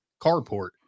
carport